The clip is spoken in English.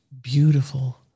beautiful